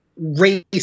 race